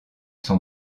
son